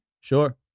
Sure